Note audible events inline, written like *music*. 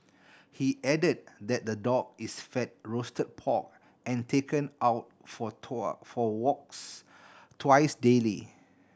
he added that the dog is fed roasted pork and taken out for *unintelligible* for walks twice daily